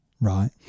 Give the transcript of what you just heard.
right